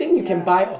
ya